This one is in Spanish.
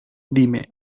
dime